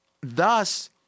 Thus